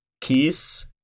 keys